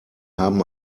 haben